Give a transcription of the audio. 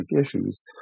issues